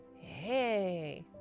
Hey